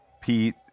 Pete